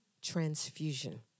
transfusion